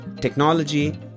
technology